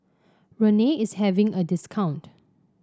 Rene is having a discount